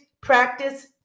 practice